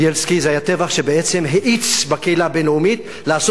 זה היה הטבח שבעצם האיץ את הקהילה הבין-לאומית לעשות מעשה